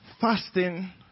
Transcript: fasting